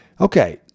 Okay